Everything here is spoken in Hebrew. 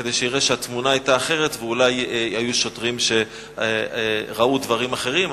כדי שיראה שהתמונה היתה אחרת ואולי היו שוטרים שראו דברים אחרים.